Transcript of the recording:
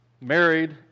married